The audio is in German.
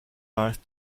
leicht